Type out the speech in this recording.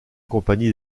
compagnie